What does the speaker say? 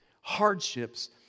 hardships